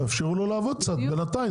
תאפשרו לו לעבוד בינתיים,